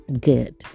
good